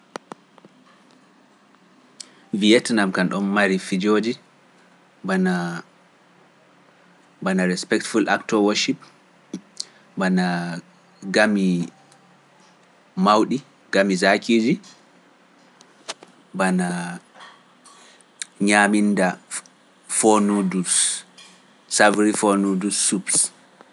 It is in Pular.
Ɓe mbiyatnoo kadi ɗo mari fijoji, ɓana ɓana respect actoworship, ɓana gaami mawɗi gaami sakiiji, ɓana ñaaminda fonudus sabri fonudus sups.